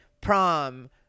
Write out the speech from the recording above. prom